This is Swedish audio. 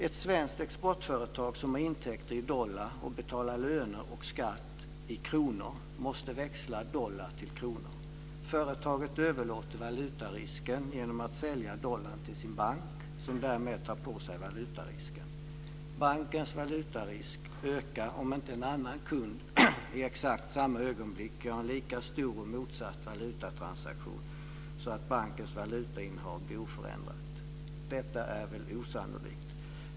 Ett svenskt exportföretag som har intäkter i dollar och som betalar löner och skatt i kronor måste växla dollar till kronor. Företaget överlåter valutarisken genom att sälja dollar till sin bank, som därmed tar på sig valutarisken. Bankens valutarisk ökar om inte en annan kund i exakt samma ögonblick gör en lika stor motsatt valutatransaktion, så att bankens valutainnehav blir oförändrat. Detta är osannolikt.